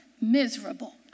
miserable